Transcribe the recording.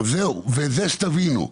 שתבינו,